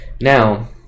Now